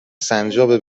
سنجابه